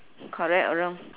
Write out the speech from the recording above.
correct or wrong